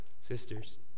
sisters